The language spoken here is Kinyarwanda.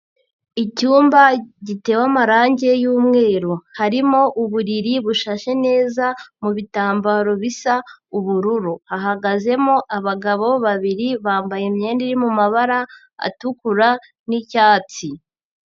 Icyumba gitewe amarange y'umweru, harimo uburiri bushashe neza mu bitambaro bisa ubururu, hahagazemo abagabo babiri bambaye imyenda iri mu mabara atukura n'icyatsi.